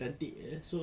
nanti eh so